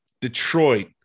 Detroit